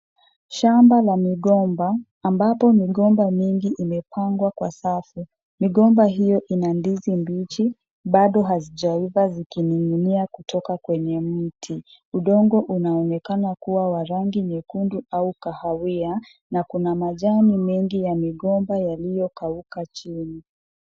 Shamba la migomba, ambapo migomba mingi imepangwa kwa safu. Migomba hiyo ina ndizi mbichi, bado hazijaiva zikining'inia kutoka kwenye mti. Udongo unaonekana kuwa wa rangi nyekundu au kahawia, na kuna majani mengi ya migomba yaliyokauka chini.